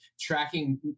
tracking